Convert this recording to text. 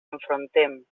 enfrontem